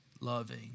loving